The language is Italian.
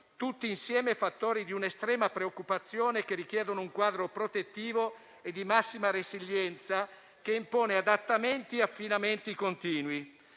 tutti insieme - fattori di estrema preoccupazione, che richiedono un quadro protettivo e di massima resilienza, che impone adattamenti e affinamenti continui.